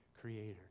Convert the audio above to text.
Creator